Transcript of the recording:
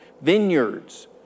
vineyards